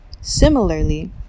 Similarly